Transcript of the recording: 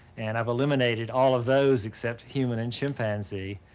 and i have eliminated all of those except human and chimpanzee.